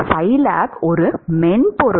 Scilab ஒரு மென்பொருள்